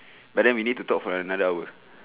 but then we need to talk for another hour